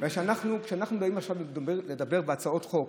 כשאנחנו באים עכשיו לדבר בהצעות החוק,